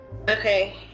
Okay